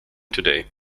today